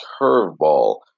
curveball